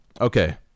Okay